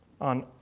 on